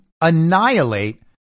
annihilate